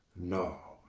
no,